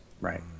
Right